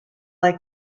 like